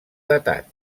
datat